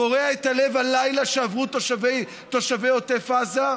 קורע את הלב הלילה שעברו תושבי עוטף עזה,